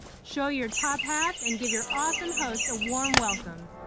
show your top half and give your awesome host a warm welcome.